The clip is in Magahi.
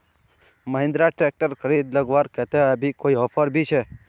महिंद्रा ट्रैक्टर खरीद लगवार केते अभी कोई ऑफर भी छे?